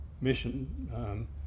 mission